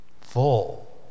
Full